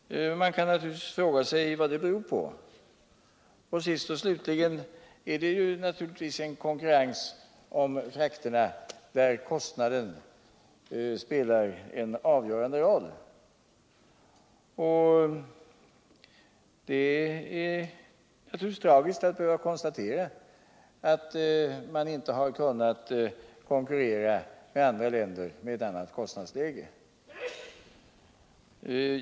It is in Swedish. Man kan fråga sig vad allt detta beror på. Sist och slutligen är det naturligtvis konkurrens om frakterna, där kostnaderna spelar en avgörande roll. Det är tragiskt att behöva konstatera att man inte har kunnat konkurrera med andra länder, som har ett annat kostnadsläge.